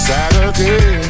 Saturday